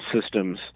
systems